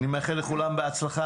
אני מאחל לכולם בהצלחה.